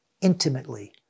intimately